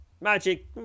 Magic